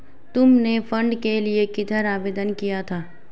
तुमने फंड के लिए किधर आवेदन किया था?